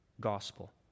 gospel